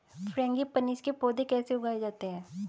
Frangipanis के पौधे कैसे उगाए जाते हैं?